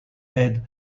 head